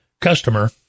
customer